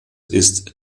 ist